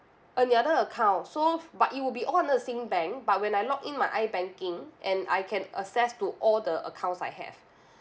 another account so but it would be all bank but when I log in my ibanking and I can access to all the accounts I have